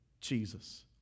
Jesus